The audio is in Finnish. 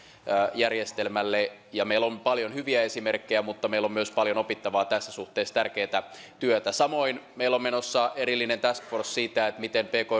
järjestelmälle meillä on paljon hyviä esimerkkejä mutta meillä on myös paljon opittavaa tässä suhteessa ja tärkeätä työtä samoin meillä on menossa erillinen task force siitä miten pk